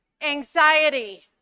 Anxiety